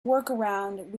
workaround